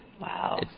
Wow